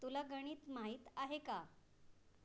तुला गणित माहीत आहे का